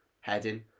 heading